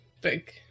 big